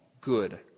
Good